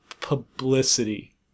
publicity